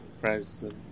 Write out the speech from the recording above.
present